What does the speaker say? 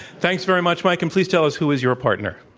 thanks very much, mike, and please tell us who is your partner?